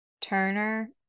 Turner